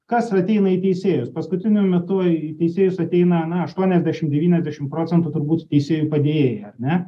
kas ateina į teisėjus paskutiniu metu į teisėjus ateina na aštuoniasdešim devyniasdešim procentų turbūt teisėjų padėjėjai ar ne